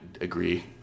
agree